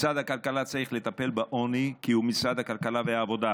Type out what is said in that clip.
משרד הכלכלה צריך לטפל בעוני כי הוא משרד הכלכלה והעבודה,